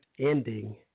ending